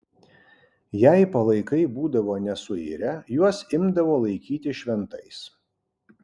jei palaikai būdavo nesuirę juos imdavo laikyti šventais